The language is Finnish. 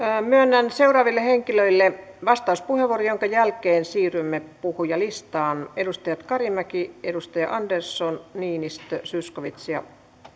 myönnän seuraaville henkilöille vastauspuheenvuoron minkä jälkeen siirrymme puhujalistaan edustajat kari edustaja andersson niinistö zyskowicz